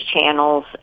channels